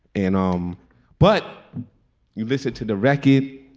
and. um but you listen to the record.